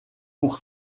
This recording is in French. pour